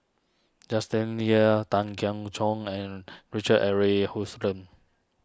Justin Yip Tan Keong Choon and Richard Eric Houston